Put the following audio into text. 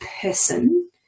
person